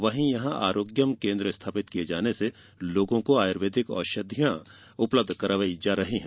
वहीं यहां आरोग्यम केन्द्र स्थापित किये जाने से लोगों को आयुर्वेदिक औषधियां उपलब्ध करवाई जाती है